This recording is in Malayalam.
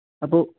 അപ്പോൾ